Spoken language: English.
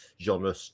genre